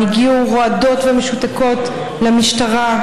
הן הגיעו רועדות ומשותקות למשטרה,